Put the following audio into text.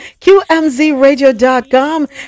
QMZRadio.com